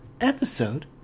episode